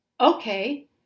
Okay